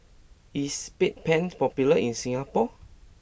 is Bedpans popular in Singapore